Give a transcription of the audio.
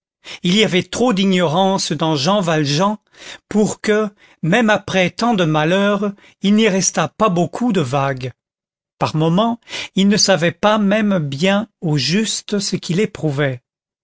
il y avait trop d'ignorance dans jean valjean pour que même après tant de malheur il n'y restât pas beaucoup de vague par moments il ne savait pas même bien au juste ce qu'il éprouvait